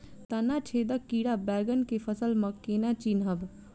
तना छेदक कीड़ा बैंगन केँ फसल म केना चिनहब?